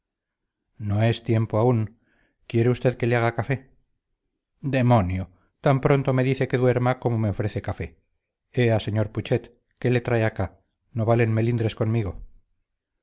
no es tiempo aún quiere usted que se le haga café demonio tan pronto me dice que duerma como me ofrece café ea sr putxet qué le trae acá no valen melindres conmigo